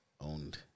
owned